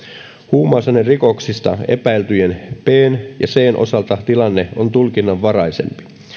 huumausainerikoksista epäiltyjen bn ja cn osalta tilanne on tulkinnanvaraisempi